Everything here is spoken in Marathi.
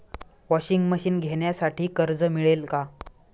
वॉशिंग मशीन घेण्यासाठी कर्ज मिळेल का?